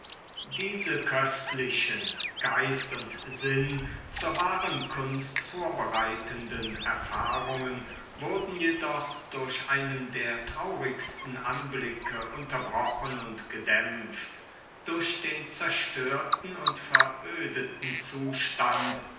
diese köstlichen geist und sinn zur wahren kunst vorbereitenden erfahrungen wurden jedoch durch einen der traurigsten anblicke unterbrochen und gedämpft durch den zerstörten und verödeten zustand